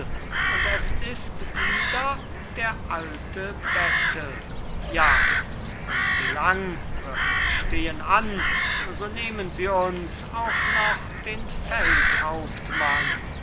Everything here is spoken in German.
und es ist wieder der alte bettel ja und wie lang wirds stehen an so nehmen sie uns auch noch den